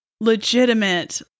legitimate